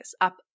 up